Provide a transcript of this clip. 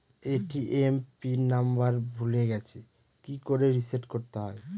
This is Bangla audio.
এ.টি.এম পিন নাম্বার ভুলে গেছি কি করে রিসেট করতে হয়?